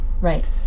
Right